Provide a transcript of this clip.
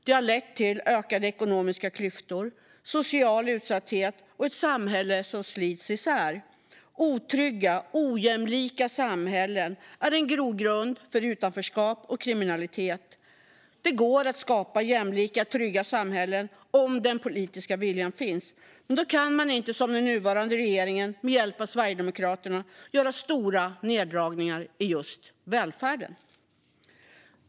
Det har lett till ökade ekonomiska klyftor, social utsatthet och ett samhälle som slits isär. Otrygga, ojämlika samhällen är en grogrund för utanförskap och kriminalitet. Det går att skapa trygga, jämlika samhällen om den politiska viljan finns, men då kan man inte, som den nuvarande regeringen med hjälp av Sverigedemokraterna gör, göra stora neddragningar i just välfärden.